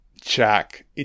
Jack